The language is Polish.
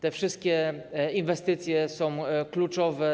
Te wszystkie inwestycje są kluczowe.